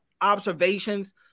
observations